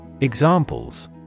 Examples